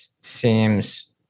seems